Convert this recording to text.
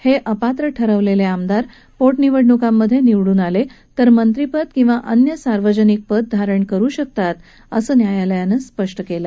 हे अपात्र ठरवलेले आमदार पोटनिवडणुकांमधे निवडून आले तर मंत्रिपद किंवा अन्य सार्वजनिक पद धारण करु शकतात असं न्यायालयानं सांगितलं